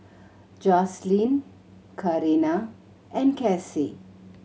Jocelynn Karina and Casie